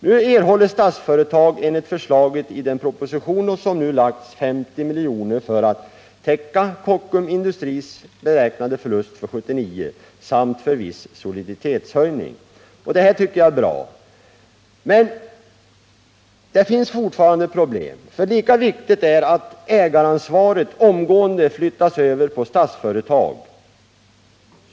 Nu erhåller Statsföretag enligt förslaget i den proposition som nu lagts fram 50 milj.kr. för att täcka Kockums Industri AB:s beräknade förlust för 1979 samt för viss soliditetshöjning. Det är bra, men det finns fortfarande problem. Lika viktigt är det nämligen att ägaransvaret omgående flyttas över på Statsföretag.